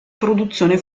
produzione